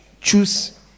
choose